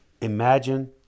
Imagine